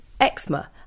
eczema